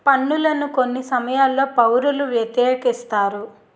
పన్నులను కొన్ని సమయాల్లో పౌరులు వ్యతిరేకిస్తారు